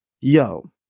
Yo